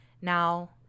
now